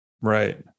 Right